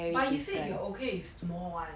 but you say you are okay with small [one]